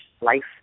life